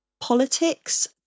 politics